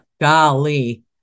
golly